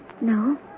No